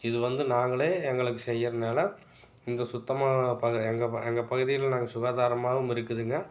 இது வந்து நாங்களே எங்களுக்கு செய்யறதுனால இந்த சுத்தமாக பக எங்கள் எங்கள் பகுதியில் நாங்கள் சுகாதாரமாகவும் இருக்குதுங்க